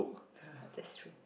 that's true